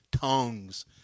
tongues